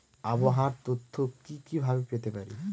আবহাওয়ার তথ্য কি কি ভাবে পেতে পারি?